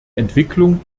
entwicklung